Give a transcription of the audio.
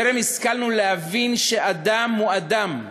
טרם השכלנו להבין שאדם הוא אדם,